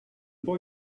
boy